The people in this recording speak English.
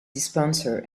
dispenser